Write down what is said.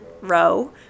row